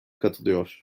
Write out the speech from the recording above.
katılıyor